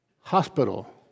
Hospital